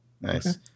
Nice